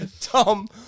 Tom